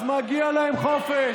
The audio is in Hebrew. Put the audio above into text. אז מגיע להם חופש.